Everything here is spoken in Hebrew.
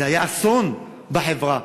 זה היה אסון בחברה,